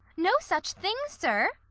no such thing, sir!